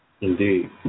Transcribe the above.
Indeed